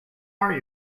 are